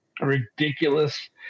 ridiculous